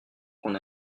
qu’on